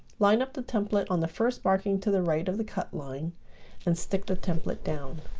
line up the template on the first marking to the right of the cut line and stick the template down